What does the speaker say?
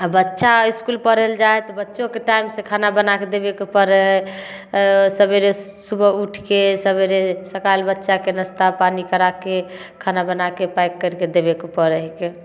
आ बच्चा इसकुल पढ़ै ले जाइ हइ तऽ बच्चोके टाइम से खाना बनाके देबे के पड़य हय सबेरे सुबह उठिके सबेरे सकाल बच्चा के नस्ता पानी कराके खाना बनाके पैक कैरके देबे के पड़य हिके